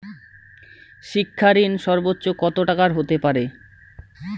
শিক্ষা ঋণ সর্বোচ্চ কত টাকার হতে পারে?